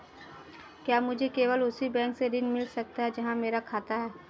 क्या मुझे केवल उसी बैंक से ऋण मिल सकता है जहां मेरा खाता है?